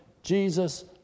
Jesus